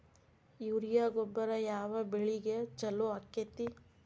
Urea ಗೊಬ್ಬರ ಯಾವ ಬೆಳಿಗೆ ಛಲೋ ಆಕ್ಕೆತಿ?